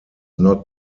not